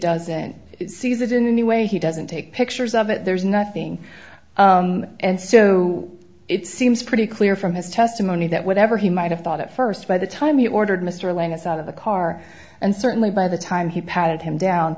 doesn't seize it in any way he doesn't take pictures of it there's nothing and so it seems pretty clear from his testimony that whatever he might have thought at st by the time he ordered mr lang us out of the car and certainly by the time he patted him down